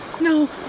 No